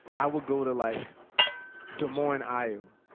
i would go to like des moines, iowa,